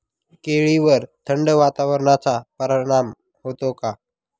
केळीवर थंड वातावरणाचा परिणाम होतो का?